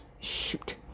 Shoot